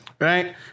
right